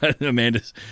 Amanda's